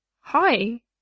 Hi